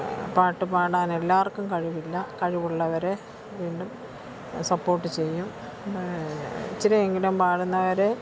പാട്ട് പാടാൻ എല്ലാവർക്കും കഴിവില്ല കഴിവുള്ളവരെ വീണ്ടും സപ്പോർട്ട് ചെയ്യും ഇത്തിരി എങ്കിലും പാടുന്നവരെ